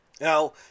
Now